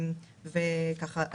הקמנו